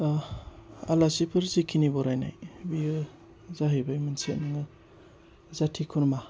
आलासिफोर जिखिनि बरायनाय बेयो जाहैबाय मोनसे नोङो जाथि खुरमा